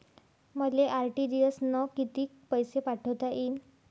मले आर.टी.जी.एस न कितीक पैसे पाठवता येईन?